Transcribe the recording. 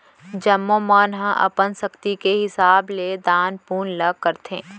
जम्मो मन ह अपन सक्ति के हिसाब ले दान पून ल करथे